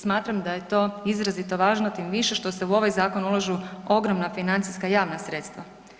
Smatram da je to izrazito važno, tim više što se u ovaj zakon ulažu ogromna financijska javna sredstva.